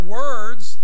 words